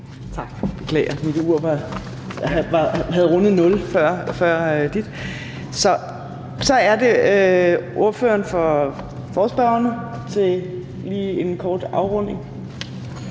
Tak. Jeg beklager, at mit ur havde rundet nul før ministerens. Så er det ordføreren for forespørgerne til en kort afrunding.